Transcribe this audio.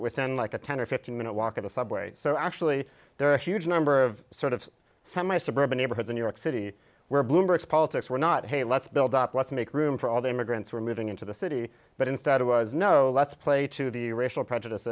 within like a ten or fifteen minute walk at a subway so actually there are a huge number of sort of semi suburban neighborhoods in new york city where bloomberg politics were not hey let's build up let's make room for all the immigrants who are moving into the city but instead it was no let's play to the racial prejudice